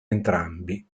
entrambi